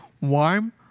warm